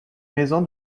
maison